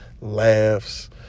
laughs